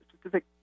specific